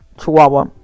chihuahua